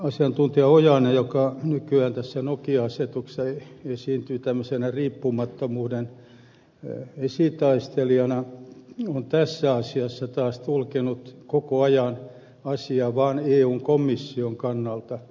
asiantuntija ojanen joka nykyään niin sanotussa nokia laissa esiintyy riippumattomuuden esitaistelijana on tässä asiassa taas tulkinnut koko ajan asiaa vain eun komission kannalta